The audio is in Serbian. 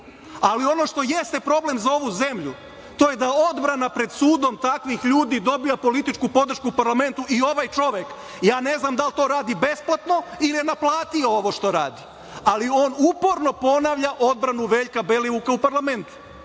Ali, ono što jeste problem za ovu zemlju, to je da odbrana pred sudom takvih ljudi dobija političku podršku u parlamentu i ovaj čovek, ja ne znam da li to radi besplatno, ili je na plati? Ali, on uporno ponavlja odbranu Veljka Belivuka u parlamentu.